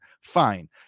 Fine